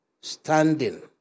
standing